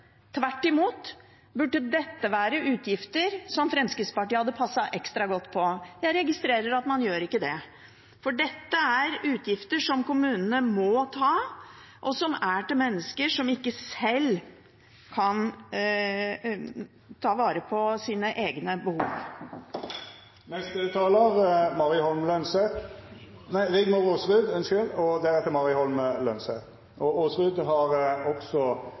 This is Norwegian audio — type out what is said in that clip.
Tvert imot burde dette være utgifter som Fremskrittspartiet hadde passet ekstra godt på. Jeg registrerer at man gjør ikke det, for dette er utgifter som kommunene må ta, og som er til mennesker som ikke sjøl kan ta vare på egne behov. Representanten Rigmor Aasrud har hatt ordet to gonger tidlegare og